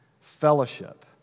fellowship